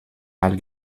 mal